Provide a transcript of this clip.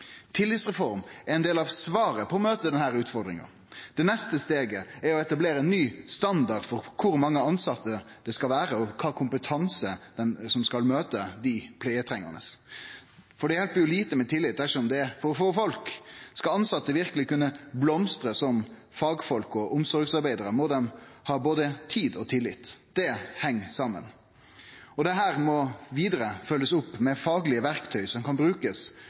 Tillitsreform er ein del av svaret for å møte denne utfordringa. Det neste steget er å etablere ein ny standard for kor mange tilsette det skal vere, og kva slags kompetanse som skal møte dei pleietrengande. Det hjelper lite med tillit dersom det er for få folk. Skal dei tilsette verkeleg kunne blomstre som fagfolk og omsorgsarbeidarar, må dei ha både tid og tillit. Dette heng saman. Dette må vidare følgjast opp med faglege verktøy som kan brukast